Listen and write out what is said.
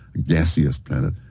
gaseous planet,